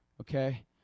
Okay